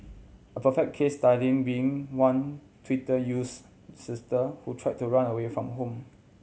a perfect case study being one Twitter use sister who tried to run away from home